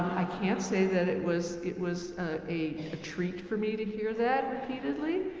i can't say that it was it was a treat for me to hear that repeatedly.